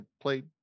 played